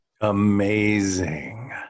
Amazing